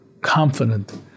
confident